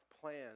plans